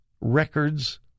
Records